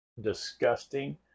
disgusting